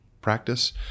practice